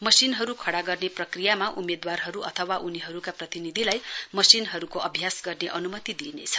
मशिनहरू खडा गर्ने प्रक्रियामा उम्मेद्वारहरू अथवा उनीहरूका प्रतिनिधिलाई मशिनहरूको अभ्यास गर्ने अनुमति दिइनेछ